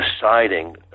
deciding